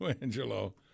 Angelo